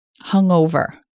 Hungover